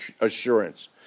assurance